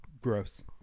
gross